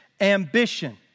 ambition